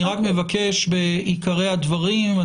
אני רק מבקש את עיקרי הדברים.